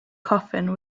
coffin